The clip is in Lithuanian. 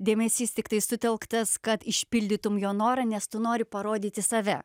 dėmesys tiktai sutelktas kad išpildytum jo norą nes tu nori parodyti save